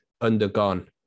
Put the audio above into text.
undergone